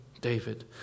David